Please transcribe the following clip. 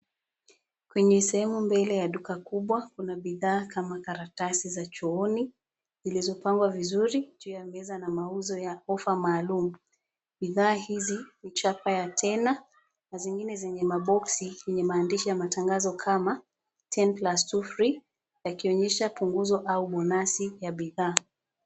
Kwenye sehemu mbele ya duka kubwa kuna bidhaa kama karatasi za chooni zilizopangwa vizuri juu ya meza na mauzo ya ofa maalumu. Bidhaa hizi ni chapa ya tena na zingine zenye maboksi yenye maandishi ya matangazo kama ten plus two free yakionyesha punguzo au bonasi ya bidhaa.